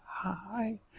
Hi